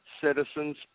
Citizens